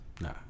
No